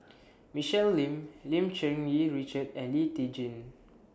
Michelle Lim Lim Cherng Yih Richard and Lee Tjin